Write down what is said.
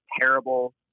terrible